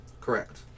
Correct